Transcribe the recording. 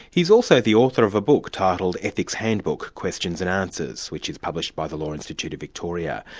he's also the author of a book titled ethics handbook questions and answers, which is published by the law institute of victoria.